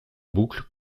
boucle